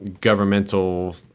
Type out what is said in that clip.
governmental